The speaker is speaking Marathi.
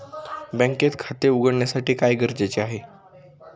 बँकेत खाते उघडण्यासाठी काय गरजेचे आहे?